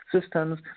Systems